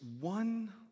one